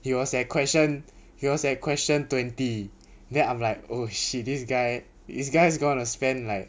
he was at question he was at question twenty then I'm like oh shit this guy this guy is going to spend like